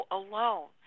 alone